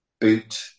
boot